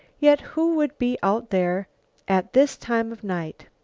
yet who would be out there at this time of night?